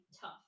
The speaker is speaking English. tough